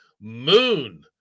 Moon